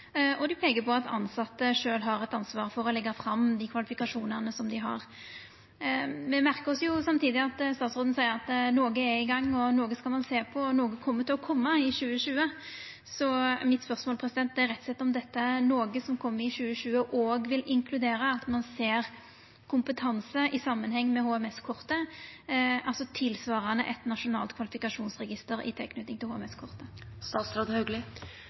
at dei tilsette er kvalifiserte. Dei peiker på at dei tilsette sjølve har eit ansvar for å leggja fram dei kvalifikasjonane dei har. Me merkar oss samtidig at statsråden seier at noko er i gang, og noko skal ein sjå på, og noko kjem til å koma i 2020. Så mitt spørsmål er rett og slett: Vil dette «noko» som kjem i 2020, òg inkludera at ein ser kompetanse i samanheng med HMS-kortet, altså tilsvarande eit nasjonalt kvalifikasjonsregister i